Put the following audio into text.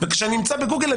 וכשאני אמצא בגוגל,